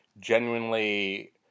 genuinely